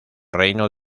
reino